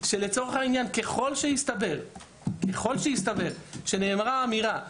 שככל שיסתבר שנאמרה אמירה גזענית,